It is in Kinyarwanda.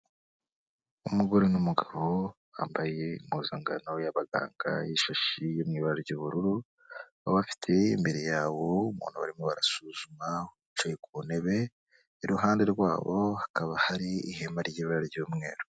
Umugore n'umugabo bambaye impuzangano y'abaganga y'ishashi iri mu ibara ry'ubururu, bakaba bafite imbere yabo umuntu barimo barasuzuma wicaye ku ntebe, iruhande rwabo hakaba hari ihema ry'ibara ry'umweru.